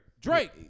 Drake